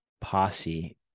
posse